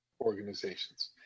organizations